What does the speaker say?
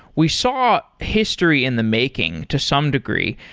we saw history in the making to some degree.